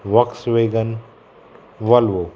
works vegan Volvo